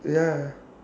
ya